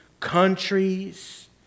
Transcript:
countries